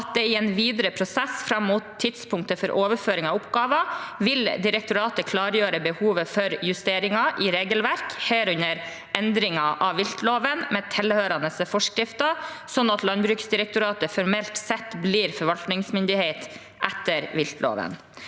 at i en videre prosess fram mot tidspunktet for overføring av oppgavene vil direktoratene klargjøre behovet for justeringer i regelverket, herunder endring av viltloven med tilhørende forskrifter, slik at Landbruksdirektoratet formelt sett blir forvaltningsmyndighet etter viltloven.